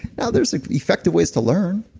now there's effective ways to learn.